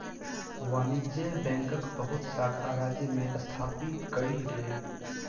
वाणिज्य बैंकक बहुत शाखा राज्य में स्थापित कएल गेल